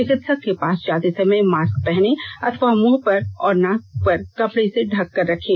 चिकित्सक के पास जाते समय मास्क पहने अथवा मुंह और नाक को कपड़े से ढककर रखें